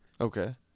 Okay